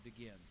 again